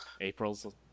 april's